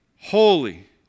holy